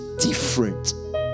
different